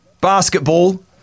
Basketball